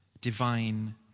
divine